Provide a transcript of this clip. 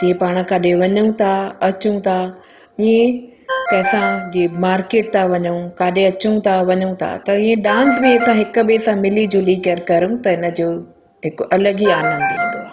तीअं पाणि काॾहें वञूं था अचूं था इअं ई त असां जीअं मार्केट था वञूं काॾहें अचूं था वञूं था त हीअं डांस बि असां हिकु ॿिएं सां मिली झुली करे करूं त हिनजो हिकु अलॻि ई आनंद ईंदो आहे